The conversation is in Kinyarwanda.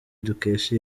dukesha